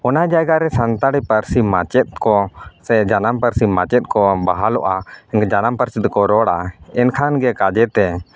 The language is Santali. ᱚᱱᱟ ᱡᱟᱭᱜᱟ ᱨᱮ ᱥᱟᱱᱛᱟᱲᱤ ᱯᱟᱹᱨᱥᱤ ᱢᱟᱪᱮᱫ ᱠᱚ ᱥᱮ ᱡᱟᱱᱟᱢ ᱯᱟᱹᱨᱥᱤ ᱢᱟᱪᱮᱫ ᱠᱚ ᱵᱟᱦᱟᱞᱚᱜᱼᱟ ᱡᱟᱱᱟᱢ ᱯᱟᱹᱨᱥᱤ ᱛᱮᱠᱚ ᱨᱚᱲᱟ ᱮᱱᱠᱷᱟᱱ ᱜᱮ ᱠᱟᱡᱮ ᱛᱮ